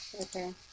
Okay